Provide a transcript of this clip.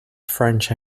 french